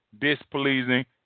displeasing